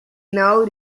now